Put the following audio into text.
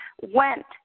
went